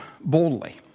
boldly